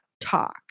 talk